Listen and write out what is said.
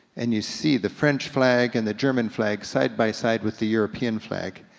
and you see the french flag and the german flag side by side with the european flag,